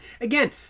again